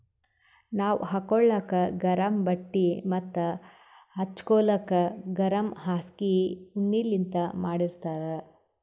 ನಾವ್ ಹಾಕೋಳಕ್ ಗರಮ್ ಬಟ್ಟಿ ಮತ್ತ್ ಹಚ್ಗೋಲಕ್ ಗರಮ್ ಹಾಸ್ಗಿ ಉಣ್ಣಿಲಿಂತ್ ಮಾಡಿರ್ತರ್